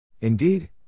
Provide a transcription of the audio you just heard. Indeed